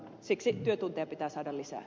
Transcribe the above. siksi työtunteja pitää saada lisää